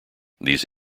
these